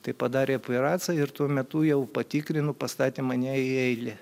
tai padarė operaciją ir tuo metu jau patikrinu pastatė mane į eilę